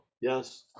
yes